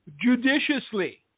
judiciously